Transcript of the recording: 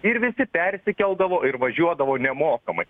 ir visi persikeldavo ir važiuodavo nemokamai